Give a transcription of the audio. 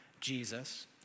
Jesus